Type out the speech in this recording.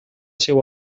seu